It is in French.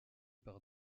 par